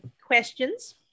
questions